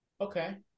Okay